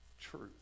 truth